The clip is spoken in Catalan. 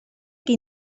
que